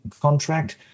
contract